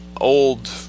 old